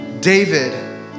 David